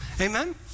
Amen